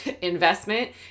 investment